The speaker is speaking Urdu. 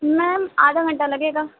میم آدھا گھنٹہ لگے گا